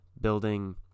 building